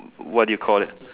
what do you call that